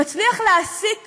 מצליח להעסיק